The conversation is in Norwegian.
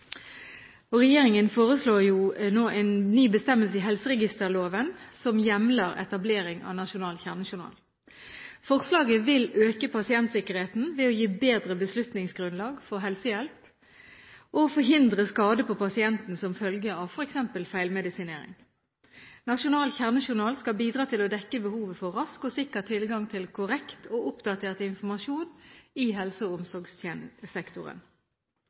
kjernejournal. Regjeringen foreslår nå en ny bestemmelse i helseregisterloven som hjemler etablering av nasjonal kjernejournal. Forslaget vil øke pasientsikkerheten ved å gi bedre beslutningsgrunnlag for helsehjelp og forhindre skade på pasienten som følge av f.eks. feilmedisinering. Nasjonal kjernejournal skal bidra til å dekke behovet for rask og sikker tilgang til korrekt og oppdatert informasjon i helse- og